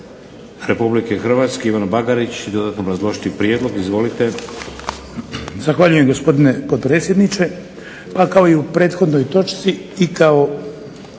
Hrvatske Ivan Bagarić će dodatno obrazložiti prijedlog. Izvolite. **Bagarić, Ivan (HDZ)** Zahvaljujem gospodine potpredsjedniče. Pa kao i u prethodnoj točci i kao